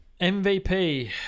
mvp